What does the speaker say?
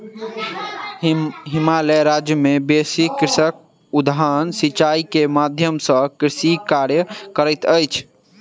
हिमाचल राज्य मे बेसी कृषक उद्वहन सिचाई के माध्यम सॅ कृषि कार्य करैत अछि